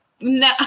No